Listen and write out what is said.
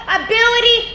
ability